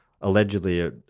allegedly